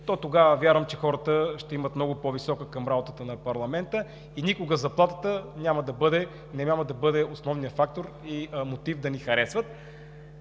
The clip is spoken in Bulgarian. тогава вярвам, че хората ще имат много по-добро мнение за работата на парламента и никога заплатата няма да бъде основният фактор и мотив да ни харесват.